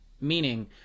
meaning